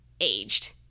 aged